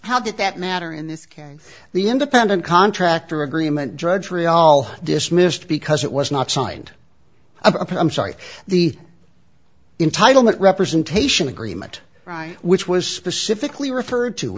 how did that matter in this case the independent contractor agreement drudgery all dismissed because it was not signed a poem site the entitle mint representation agreement which was specifically referred to